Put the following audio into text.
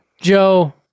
Joe